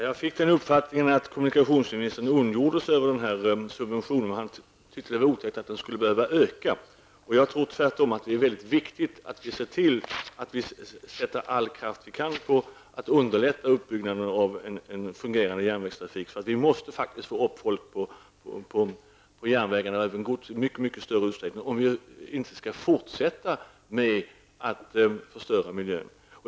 Herr talman! Jag fick uppfattningen att kommunikationsministern ondgjorde sig över subventionerna; han tyckte att det var otäckt att de skulle behöva öka. Jag tror tvärtom att det är viktigt att vi sätter in all kraft vi kan på att underlätta uppbyggnaden av en fungerande järnvägstrafik. Vi måste faktiskt få upp folk på tågen i mycket större utsträckning, om vi inte skall fortsätta att förstöra miljön.